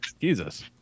jesus